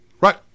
right